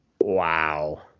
Wow